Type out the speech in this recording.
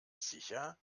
sicher